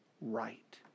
right